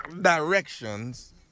directions